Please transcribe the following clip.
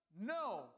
No